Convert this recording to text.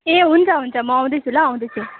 ए हुन्छ हुन्छ म आउँदैछु ल आउँदैछु